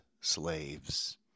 slaves